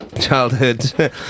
childhood